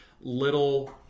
little